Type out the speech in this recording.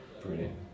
Brilliant